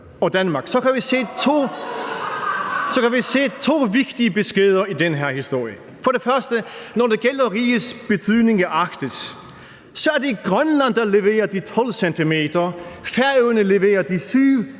og Danmark, så kan vi se to vigtige beskeder i den her historie. Først, at når det gælder rigets betydning i Arktis, så er det Grønland, der leverer de 12 cm, Færøerne leverer de 7,